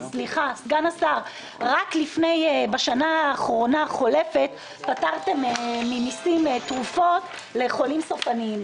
רק בשנה החולפת פטרתם ממיסים תרופות לחולים סופניים,